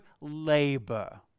labor